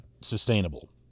sustainable